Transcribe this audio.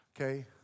okay